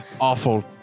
awful